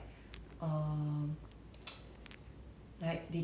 yes ye~ oh I I like those shows